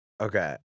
Okay